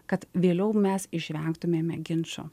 kad vėliau mes išvengtumėme ginčo